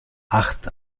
acht